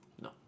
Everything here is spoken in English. No